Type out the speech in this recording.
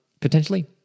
potentially